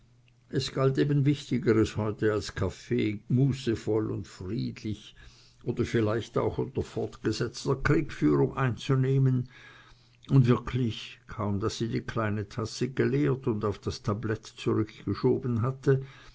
es galt eben wichtigeres heute als den kaffee mußevoll und friedlich oder vielleicht auch unter fortgesetzter kriegführung einzunehmen und wirklich kaum daß sie die kleine tasse geleert und auf das tablett zurückgeschoben hatte